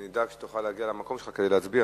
נדאג שתוכל להגיע למקומך כדי להצביע.